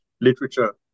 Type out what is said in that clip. literature